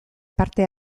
parte